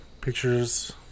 pictures